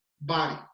body